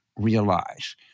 realize